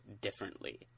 differently